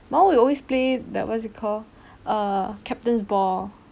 oh we always play that was is it call err captain's ball